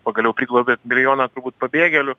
pagaliau priglaubė milijoną turbūt pabėgėlių